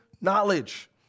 knowledge